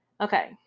Okay